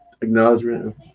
acknowledgement